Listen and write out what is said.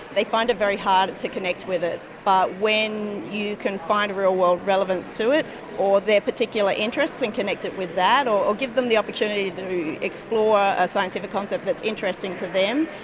they find it very hard to connect with it. but when you can find a real-world relevance to it or their particular interests and connect it with that or give them the opportunity to explore a scientific concept that's interesting to them,